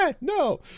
No